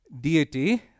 deity